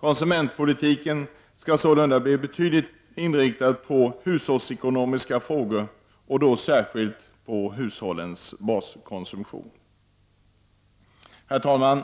Konsumentpolitiken skall sålunda bli tydligare inriktad på hushållsekonomiska frågor, och då särskilt på hushållens baskonsumtion. Herr talman!